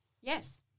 Yes